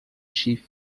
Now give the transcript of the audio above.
chief